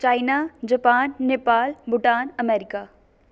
China Japan Nepal Bhutan America